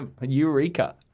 Eureka